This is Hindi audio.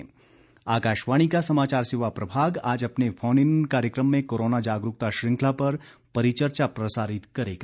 परिचर्चा आकाशवाणी का समाचार सेवा प्रभाग आज अपने फोन इन कार्यक्रम में कोरोना जागरूकता श्रंखला पर परिचर्चा प्रसारित करेगा